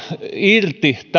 irti